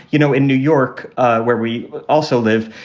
you know, in new york where we also live,